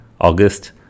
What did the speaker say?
August